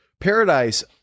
Paradise